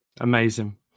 Amazing